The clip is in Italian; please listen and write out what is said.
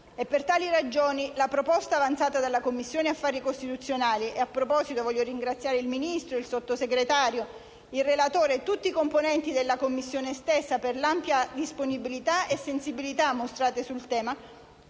Per tali ragioni, la proposta approvata dalla Commissione affari costituzionali (e a proposito voglio ringraziare il Ministro, il Sottosegretario, il relatore e tutti i componenti della Commissione stessa per l'ampia disponibilità e sensibilità mostrate sul tema)